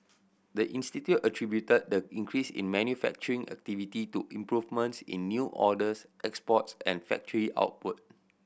the institute attributed the increase in manufacturing activity to improvements in new orders exports and factory output